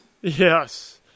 Yes